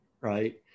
right